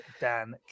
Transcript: Dan